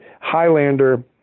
Highlander